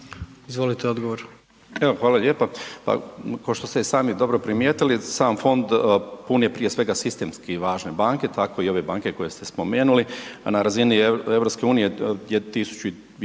Zdravko** Evo, hvala lijepa. Pa pošto ste i sami dobro primijetili, sam fond pune prije svega sistemski važne banke, tako i ove banke koje ste spomenuli, a na razini EU je 1.300